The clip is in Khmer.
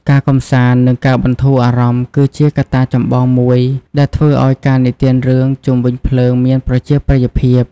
ការកម្សាន្ត និងការបន្ធូរអារម្មណ៍ គឺជាកត្តាចម្បងមួយដែលធ្វើឱ្យការនិទានរឿងជុំវិញភ្លើងមានប្រជាប្រិយភាព។